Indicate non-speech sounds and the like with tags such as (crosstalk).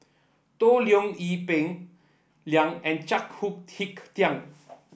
Toh Liying Ee Peng Liang and Chao (unintelligible) Tin